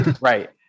Right